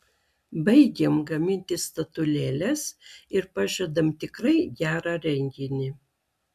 baigiam gaminti statulėles ir pažadam tikrai gerą renginį